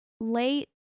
late